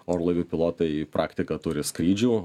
orlaivių pilotai į praktiką turi skrydžių